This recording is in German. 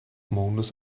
mondes